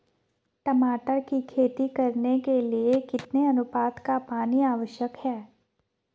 टमाटर की खेती करने के लिए कितने अनुपात का पानी आवश्यक है?